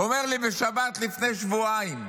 אומר לי בשבת לפני שבועיים,